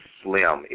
slim